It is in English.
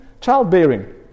childbearing